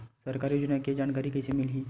सरकारी योजना के जानकारी कइसे मिलही?